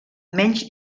menys